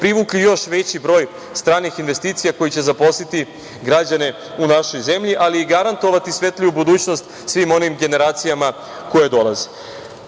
privukli još veći broj stranih investicija koji će zaposliti građane u našoj zemlji, ali i garantovati svetliju budućnost svim onim generacijama koje dolaze. Takođe,